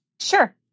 Sure